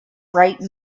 bright